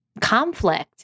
conflict